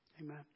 Amen